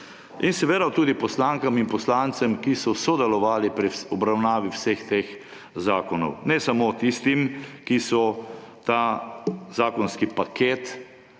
In seveda tudi poslankam in poslancem, ki so sodelovali pri obravnavi vseh teh zakonov. Ne samo tistim, ki so ta zakonski paket,